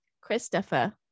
christopher